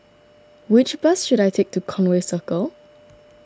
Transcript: which bus should I take to Conway Circle